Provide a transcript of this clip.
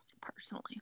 personally